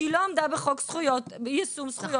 שהיא לא עמדה בחוק יישום זכויות נפגעות עבירה.